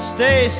Stay